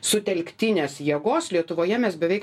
sutelktinės jėgos lietuvoje mes beveik